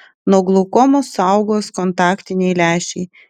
nuo glaukomos saugos kontaktiniai lęšiai